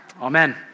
Amen